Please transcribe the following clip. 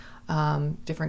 different